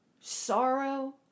Sorrow